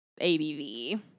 ABV